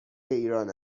ایران